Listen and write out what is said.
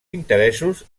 interessos